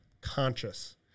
conscious